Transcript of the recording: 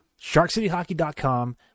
sharkcityhockey.com